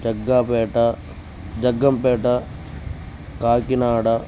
Jaggapeta Jaggampeta Kakinada